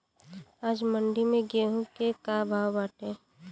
आज मंडी में गेहूँ के का भाव बाटे?